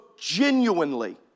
genuinely